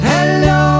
Hello